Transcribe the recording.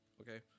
Okay